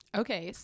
okay